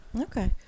Okay